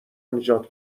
نجات